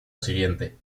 siguiente